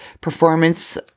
performance